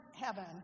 heaven